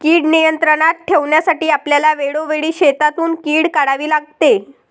कीड नियंत्रणात ठेवण्यासाठी आपल्याला वेळोवेळी शेतातून कीड काढावी लागते